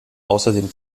außerdem